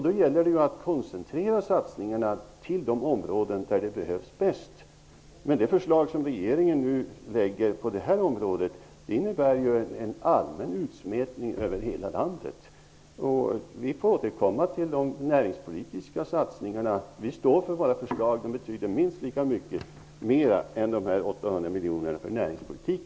Då gäller det att koncentrera satsningarna till de områden där de behövs bäst. Men det förslag som regeringen lägger fram på området innebär en allmän utsmetning över hela landet. Vi får återkomma till de näringspolitiska satsningarna. Vi står för våra förslag. De betyder minst lika mycket mera än de